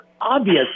obvious